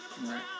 Right